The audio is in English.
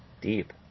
Deep